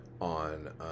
on